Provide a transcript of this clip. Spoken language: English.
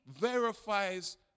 verifies